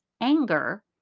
anger